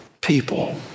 people